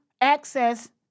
access